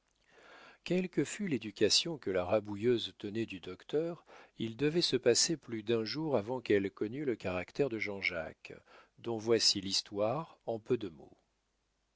que fût l'éducation que la rabouilleuse tenait du docteur il devait se passer plus d'un jour avant qu'elle connût le caractère de jean-jacques dont voici l'histoire en peu de mots